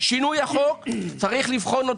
את שינוי החוק צריך לבחון,